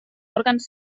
òrgans